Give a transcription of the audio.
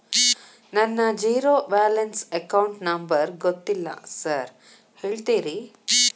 ನನ್ನ zero balance account number ಗೊತ್ತಿಲ್ಲ sir ಹೇಳ್ತೇರಿ?